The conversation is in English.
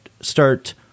start